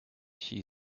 she